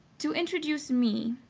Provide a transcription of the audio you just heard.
to introduce me,